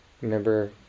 Remember